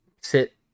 sit